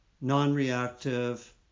non-reactive